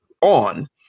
on